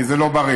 כי זה לא בריא.